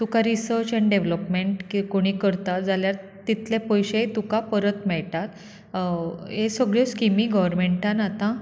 तुका रिर्सच आनी डेवलोपमेंट कोणी करता जाल्यार तितलें पयशें तुकां परत मेळटा ह्यो सगळ्यो स्किमी गर्वमेंटान आता